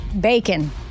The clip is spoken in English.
Bacon